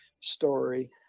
story